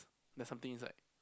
there's something inside